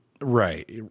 Right